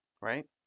right